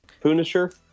Punisher